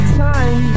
time